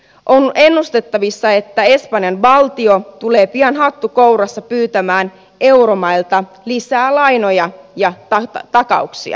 on ennustettavissa että espanjan valtio tulee pian hattu kourassa pyytämään euromailta lisää lainoja ja takauksia